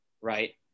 Right